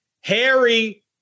Harry